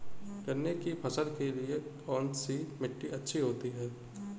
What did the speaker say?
गन्ने की फसल के लिए कौनसी मिट्टी अच्छी होती है?